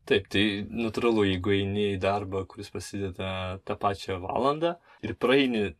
taip tai natūralu jeigu eini į darbą kuris prasideda tą pačią valandą ir praeini